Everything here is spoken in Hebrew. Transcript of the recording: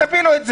תפילו.